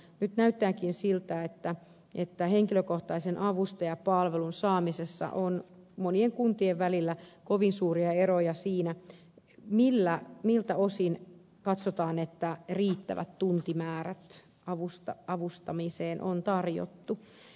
nyt näyttääkin siltä että henkilökohtaisen avustajapalvelun saamisessa on monien kuntien välillä kovin suuria eroja siinä miltä osin katsotaan että riittävät tuntimäärät avustamiseen on tarjottu